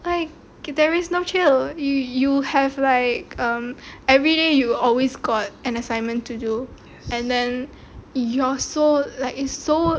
like there is no chill you you have like um everyday you always got an assignment to do and then you are so like it's so